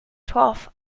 torf